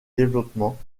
développement